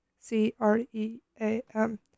C-R-E-A-M